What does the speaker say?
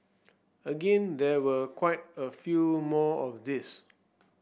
again there were quite a few more of these